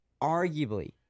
arguably